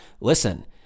Listen